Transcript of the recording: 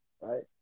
right